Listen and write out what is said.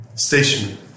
Station